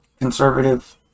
conservative